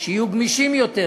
שיהיו גמישים יותר,